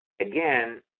again